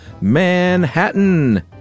Manhattan